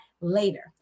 later